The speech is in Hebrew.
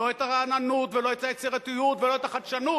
לא את הרעננות ולא את היצירתיות ולא את החדשנות.